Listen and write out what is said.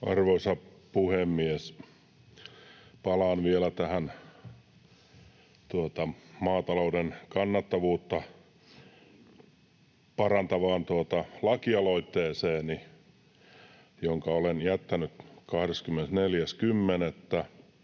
Arvoisa puhemies! Palaan vielä tähän maatalouden kannattavuutta parantavaan lakialoitteeseeni, jonka olen jättänyt 24.10.